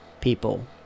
people